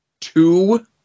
two